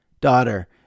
Daughter